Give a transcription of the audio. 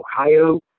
Ohio